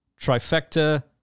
trifecta